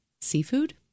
seafood